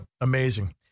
amazing